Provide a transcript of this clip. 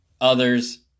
Others